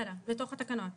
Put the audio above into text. בתוך התקנות?